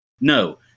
No